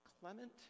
clement